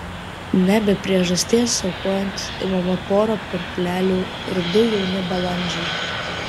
ne be priežasties aukojant imama pora purplelių ir du jauni balandžiai